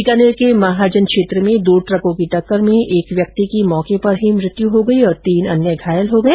बीकानेर के महाजन क्षेत्र में दो ट्रकों की टक्कर में एक व्यक्ति की मौके पर ही मृत्यु हो गई और तीन लोग घायल हो गए